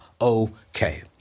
okay